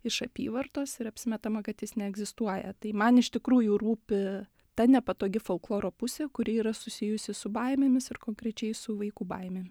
iš apyvartos ir apsimetama kad jis neegzistuoja tai man iš tikrųjų rūpi ta nepatogi folkloro pusė kuri yra susijusi su baimėmis ir konkrečiai su vaikų baimėm